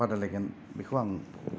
बिखौ आं